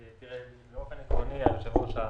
באופן עקרוני, אדוני היושב-ראש,